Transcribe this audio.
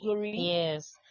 Yes